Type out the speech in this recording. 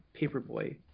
Paperboy